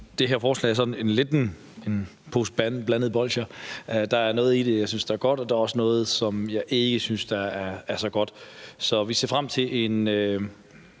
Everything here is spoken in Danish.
Det her forslag er sådan lidt en pose blandede bolsjer. Der er noget i det, jeg synes er godt, og der er også noget, som jeg ikke synes er så godt. Så vi ser frem til en